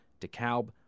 DeKalb